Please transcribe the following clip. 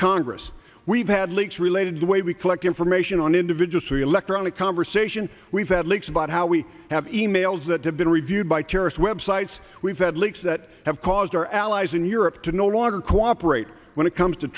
congress we've had leaks related to the way we collect information on individuals for the electronic conversation we've had leaks about how we have e mails that have been reviewed by terrorist websites we've had leaks that have caused our allies in europe to no longer cooperate when it comes to